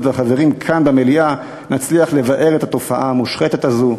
והחברים כאן במליאה נצליח לבער את התופעה המושחתת הזו.